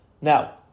Now